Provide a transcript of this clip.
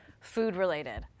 food-related